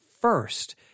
first